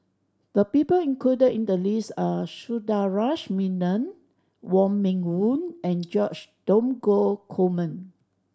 the people included in the list are Sundaresh Menon Wong Meng Voon and George Dromgold Coleman